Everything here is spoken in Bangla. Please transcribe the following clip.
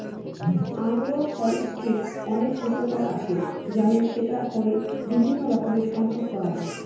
আগ্র ফরেষ্ট্রীর অনেক উপকার আসে যেমন সেটা করে বিভিন্ন রকমের সম্পদ পাওয়া যায়